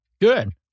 Good